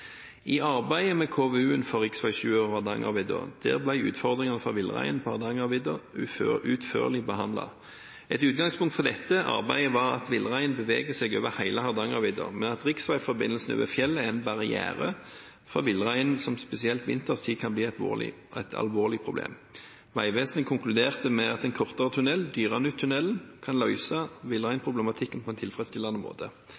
I arbeidet med KVU-en for rv. 7 over Hardangervidda ble utfordringene for villreinen på Hardangervidda utførlig behandlet. Et utgangspunkt for dette arbeidet var at villreinen beveger seg over hele Hardangervidda, men at riksveiforbindelsen over fjellet er en barriere for villreinen, som spesielt vinterstid kan bli et alvorlig problem. Vegvesenet konkluderte med at en kortere tunnel, Dyranuttunnelen, kan løse villreinproblematikken på en tilfredsstillende måte.